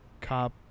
cop